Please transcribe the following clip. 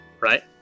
right